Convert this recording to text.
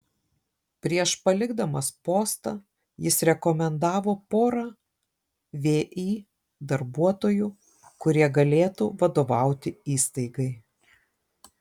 prieš palikdamas postą jis rekomendavo porą vį darbuotojų kurie galėtų vadovauti įstaigai